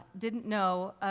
didn't know,